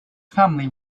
family